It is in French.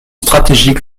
stratégique